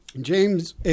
James